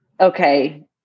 okay